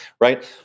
Right